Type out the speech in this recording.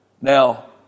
Now